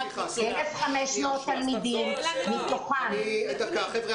כ-1,500 תלמידים מתוכם ------ חבר'ה,